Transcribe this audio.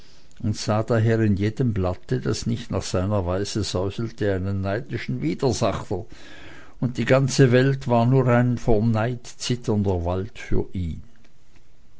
in jedem blatte das nicht nach seiner weise säuselte einen neidischen widersacher und die ganze welt war nur ein vor neid zitternder wald für ihn